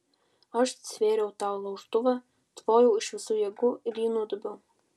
aš stvėriau tą laužtuvą tvojau iš visų jėgų ir jį nudobiau